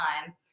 time